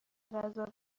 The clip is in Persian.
غذا